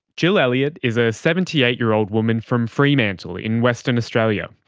jill elliott is a seventy eight year old woman from fremantle in western australia.